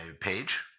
page